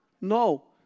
No